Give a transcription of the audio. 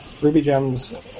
RubyGems